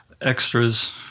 extras